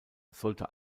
sollte